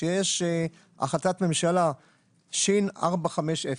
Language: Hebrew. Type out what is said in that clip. שיש החלטת ממשלה ש/450,